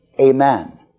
Amen